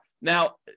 Now